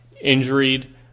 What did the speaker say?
injured